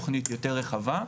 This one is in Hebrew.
תוכנית יותר רחבה.